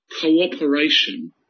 cooperation